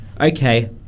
okay